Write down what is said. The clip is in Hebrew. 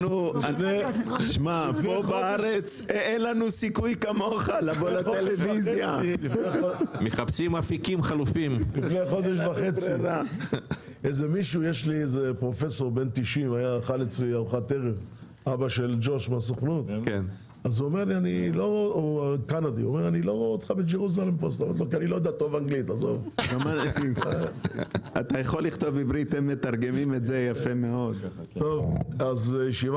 11:50.